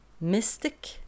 Mystic